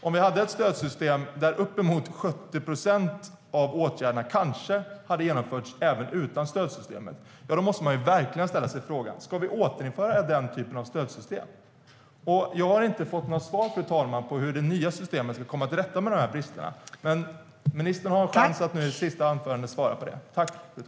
Om vi hade ett stödsystem där uppemot 70 procent av åtgärderna kanske hade genomförts även utan stödsystemet måste man verkligen ställa sig frågan: Ska vi återinföra den typen av stödsystem? Jag har inte fått något svar på hur det nya systemet ska komma till rätta med bristerna. Ministern har nu en chans att i sitt anförande svara på det.